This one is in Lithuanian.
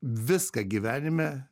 viską gyvenime